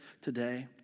today